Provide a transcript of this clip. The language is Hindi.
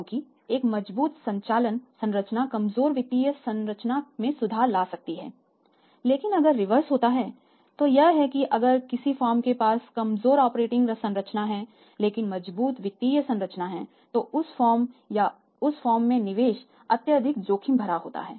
क्योंकि एक मजबूत संचालन संरचना कमजोर वित्तीय संरचना में सुधार ला सकती हैलेकिन अगर रिवर्स होता है तो यह है कि अगर किसी फर्म के पास कमजोर ऑपरेटिंग संरचना है लेकिन मजबूत वित्तीय संरचना है तो उस फर्म या उस फर्म में निवेश अत्यधिक जोखिम भरा होता है